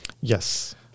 Yes